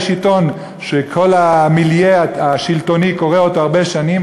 יש עיתון שכל המיליה השלטוני קורא אותו הרבה שנים,